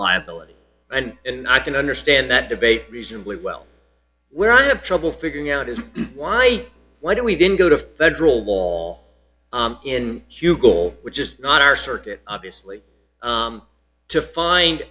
liability and i can understand that debate reasonably well where i have trouble figuring out is why why don't we didn't go to federal law in hew goal which is not our circuit obviously to find